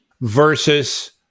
versus